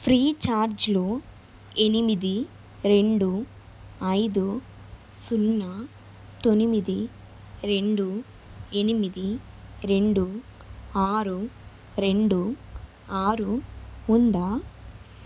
ఫ్రీచార్జ్లో ఎనిమిది రెండు ఐదు సున్నా తొమ్మిది రెండు ఎనిమిది రెండు ఆరు రెండు ఆరు ఉందా